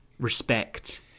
respect